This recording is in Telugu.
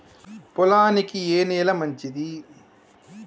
పొలానికి ఏ నేల మంచిది?